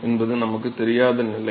என்பது நமக்குத் தெரியாத நிலை